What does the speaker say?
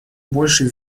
большей